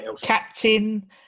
captain